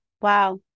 Wow